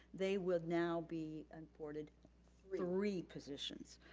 they will now be an appointed three positions.